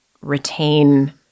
retain